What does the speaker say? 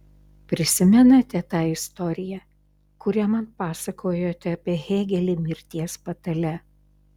prisimenate tą istoriją kurią man pasakojote apie hėgelį mirties patale